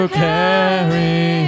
carry